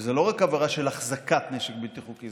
וזה לא רק עבירה של החזקת נשק בלתי חוקי,